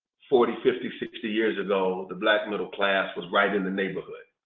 forty, fifty, sixty years ago the black middle class was right in the neighborhood.